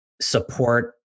support